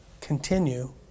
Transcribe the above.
continue